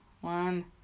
One